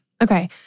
Okay